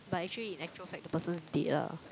but actually in actual fact the person's dead lah